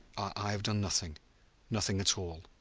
i have done nothing nothing at all,